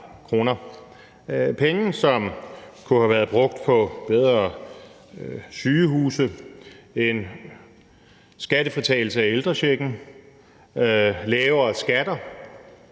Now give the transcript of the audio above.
penge, som kunne have været brugt på bedre sygehuse, en skattefritagelse af ældrechecken, lavere skatter.